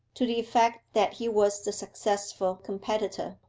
to the effect that he was the successful competitor.